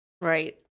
Right